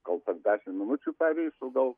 gal per dešim minučių pareis o gal